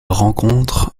rencontre